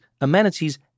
amenities